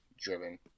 driven